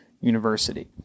University